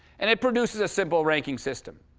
and it produces a simple ranking system.